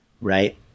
right